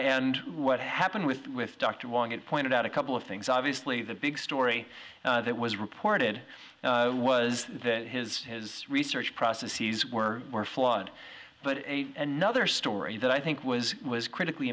and what happened with dr wong it pointed out a couple of things obviously the big story that was reported was that his his research process he's were flawed but another story that i think was was critically